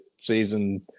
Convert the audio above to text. season